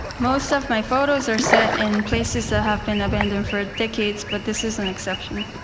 most of my photos are set in places that have been abandoned for decades, but this is an exception.